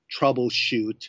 troubleshoot